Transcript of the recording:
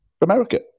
America